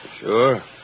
Sure